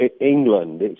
England